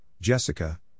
Jessica